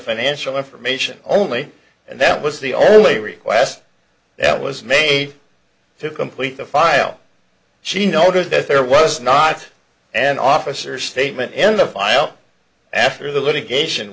financial information only and that was the only request that was made to complete the file she noticed that there was not an officer statement in the file after the litigation